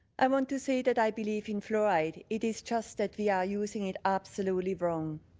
i want to say that i believe in fluoride. it is just that we are using it absolutely wrong.